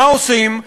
מה עושים?